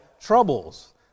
troubles